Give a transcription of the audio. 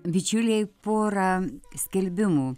bičiuliai porą skelbimų